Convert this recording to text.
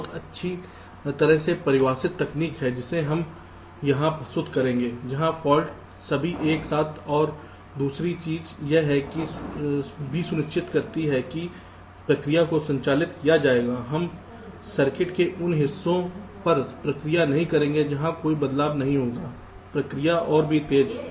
एक बहुत अच्छी तरह से परिभाषित तकनीक है जिसे हम वहां प्रस्तुत करेंगे जहां फाल्ट सभी एक साथ हैं और दूसरी चीज यह भी सुनिश्चित करती है कि प्रक्रिया को संचालित किया जाएगा हम सर्किट के उन हिस्सों पर प्रक्रिया नहीं करेंगे जहां कोई बदलाव नहीं होगा प्रक्रिया और भी तेज